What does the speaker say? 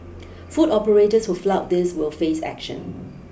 food operators who flout this will face action